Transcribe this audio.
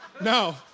no